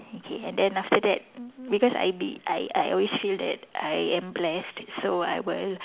okay and then after that because I did I I always feel that that I am blessed so I will